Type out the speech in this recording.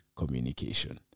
communication